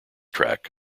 track